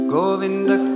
Govinda